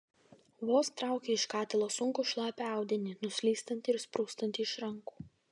vos traukė iš katilo sunkų šlapią audinį nuslystantį ir sprūstantį iš rankų